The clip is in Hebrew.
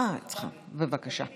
אי-אמון בכל שרי הממשלה.